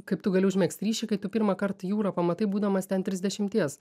kaip tu gali užmegzt ryšį kai tu pirmąkart jūrą pamatai būdamas ten trisdešimties